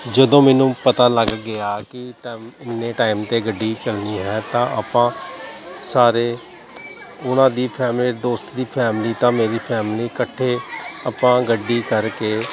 ਜਦੋਂ ਮੈਨੂੰ ਪਤਾ ਲੱਗ ਗਿਆ ਕਿ ਟੈਮ ਇੰਨੇ ਟਾਈਮ 'ਤੇ ਗੱਡੀ ਚਲਣੀ ਹੈ ਤਾਂ ਆਪਾਂ ਸਾਰੇ ਉਹਨਾਂ ਦੀ ਫੈਮਿਲੀ ਦੋਸਤ ਦੀ ਫੈਮਿਲੀ ਅਤੇ ਮੇਰੀ ਫੈਮਿਲੀ ਇਕੱਠੇ ਆਪਾਂ ਗੱਡੀ ਕਰਕੇ